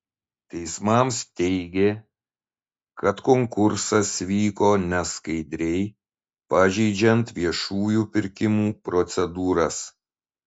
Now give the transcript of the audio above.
teismams teigė kad konkursas vyko neskaidriai pažeidžiant viešųjų pirkimų procedūras